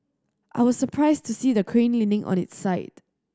I was surprised to see the crane leaning on its side